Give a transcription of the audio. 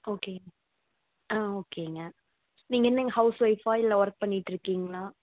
okay ஆ ஓகேங்க நீங்கள் என்னங்க ஹவுஸ் ஒய்ஃபா இல்லை ஒர்க் பண்ணிகிட்ருக்கீங்களா